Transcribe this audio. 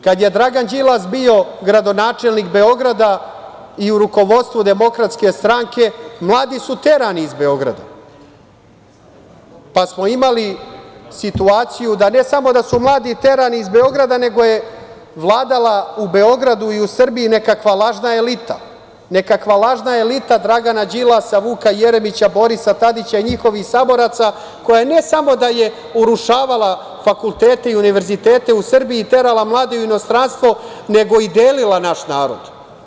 Kada je Dragan Đilas bio gradonačelnik Beograda i u rukovodstvu DS, mladi su terani iz Beograda, pa smo imali situaciju, ne samo da su mladi terani iz Beograda, nego je vladala u Beogradu i u Srbiji nekakva lažna elita, nekakva lažna elita Dragana Đilasa, Vuka Jeremića, Borisa Tadića i njihovih saboraca koja ne samo da je urušavala fakultete i univerzitete u Srbiji, terala mlade u inostranstvo, nego i delila naš narod.